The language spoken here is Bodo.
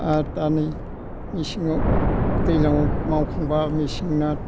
आरो दा नै मेसेङाव दैलाङाव मावखांबा मेसेंना